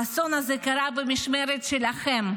האסון הזה קרה במשמרת שלכם.